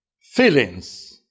feelings